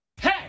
Hey